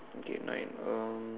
okay nine um